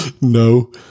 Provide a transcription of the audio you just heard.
No